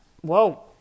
whoa